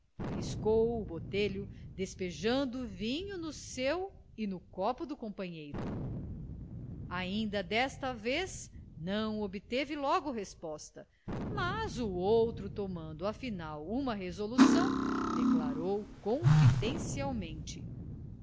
arriscou o botelho despejando vinho no seu e no copo do companheiro ainda desta vez não obteve logo resposta mas o outro tomando afinal uma resolução declarou confidencialmente